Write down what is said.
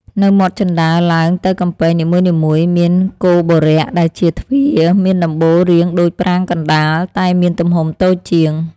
នៅមាត់ជណ្តើរឡើងទៅកំពែងនីមួយៗ មានគោបុរៈ ដែលជាទ្វារមានដំបូលរាងដូចប្រាង្គកណ្តាល តែមានទំហំតូចជាង។